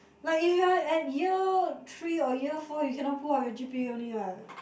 like if you are year three or year four you cannot pull up your g_p_a only what